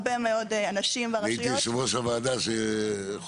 קיימנו הרבה מאוד קורסי הכשרה למפקחים.